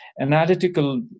analytical